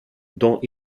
dont